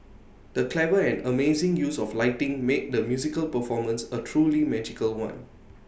the clever and amazing use of lighting made the musical performance A truly magical one